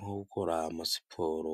nko gukora amasiporo.